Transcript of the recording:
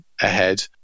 ahead